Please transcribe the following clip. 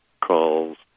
calls